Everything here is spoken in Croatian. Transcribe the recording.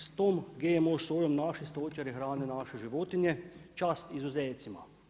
S tom GMO sojom naši stočari hrane naše životinje, čast izuzecima.